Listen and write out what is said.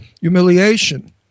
humiliation